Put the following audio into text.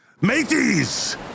mateys